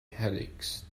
headaches